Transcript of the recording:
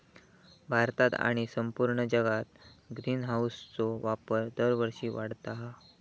भारतात आणि संपूर्ण जगात ग्रीनहाऊसचो वापर दरवर्षी वाढता हा